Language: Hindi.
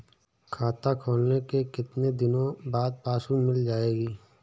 खाता खोलने के कितनी दिनो बाद पासबुक मिल जाएगी?